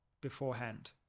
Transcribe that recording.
beforehand